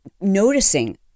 noticing